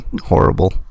horrible